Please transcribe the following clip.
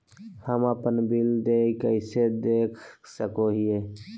हम अपन बिल देय कैसे देख सको हियै?